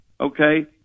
Okay